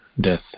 death